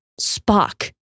Spock